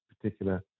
particular